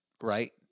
right